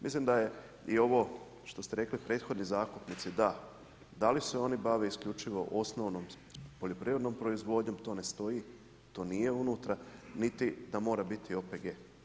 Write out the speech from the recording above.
Mislim da je i vo što ste rekli prethodni zakupnici, da, da li se one bave isključivo osnovnom poljoprivrednom proizvodnjom to ne stoji, nije unutra niti da mora biti OPG.